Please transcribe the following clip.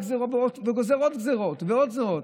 והוא גוזר עוד גזרות ועוד גזרות.